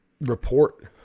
report